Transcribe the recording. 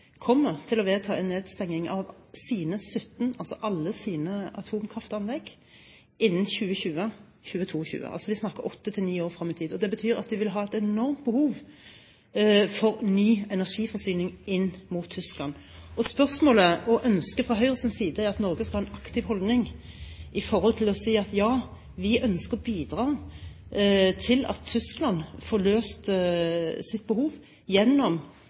kommer til å vedta nedstenging av alle sine 17 atomkraftanlegg innen 2020/2022. Vi snakker altså om åtte–ti år frem i tid. Det betyr at det vil være et enormt behov for ny energiforsyning inn mot Tyskland. Ønsket fra Høyres side er at Norge skal ha en aktiv holdning til det å si at vi ønsker å bidra til at Tyskland får dekket sitt behov gjennom